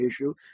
issue